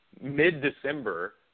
mid-December